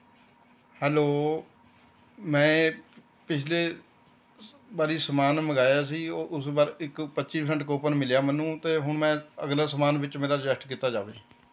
hello ਮੈਂ ਪਿਛਲੀ ਵਾਰੀ ਸਮਾਨ ਮੰਗਵਾਇਆ ਸੀ ਉਹ ਉਸ ਪਰ ਇੱਕ ਪੱਚੀ ਪ੍ਰਸੈਂਟ ਕੂਪਨ ਮਿਲਿਆ ਮੈਨੂੰ ਅਤੇ ਹੁਣ ਮੈਂ ਅਗਲੇ ਸਮਾਨ ਵਿੱਚ ਮੇਰਾ ਐਡਜਸਟ ਕੀਤਾ ਜਾਵੇ ਜੀ